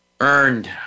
Earned